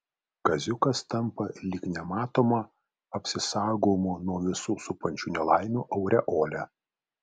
kaziukas tampa lyg nematoma apsisaugojimo nuo visų supančių nelaimių aureole